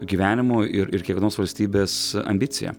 gyvenimu ir ir kiekvienos valstybės ambicija